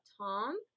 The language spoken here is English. Tom